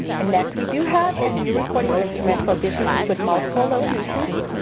and next we do have a new reporting instrument for businesses with multiple locations.